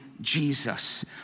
Jesus